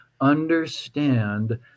understand